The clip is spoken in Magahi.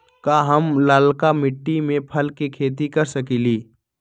का हम लालका मिट्टी में फल के खेती कर सकेली?